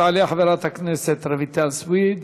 תעלה חברת הכנסת רויטל סויד,